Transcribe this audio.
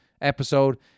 episode